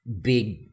big